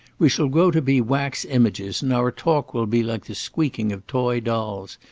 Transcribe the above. we shall grow to be wax images, and our talk will be like the squeaking of toy dolls.